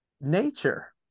nature